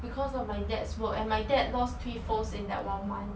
because of my dad's work and my dad lost three phones in that one month